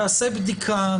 תיעשה בדיקה,